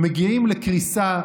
הם מגיעים לקריסה,